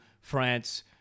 France